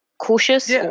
cautious